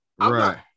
Right